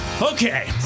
Okay